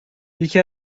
یکی